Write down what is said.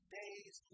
days